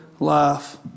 life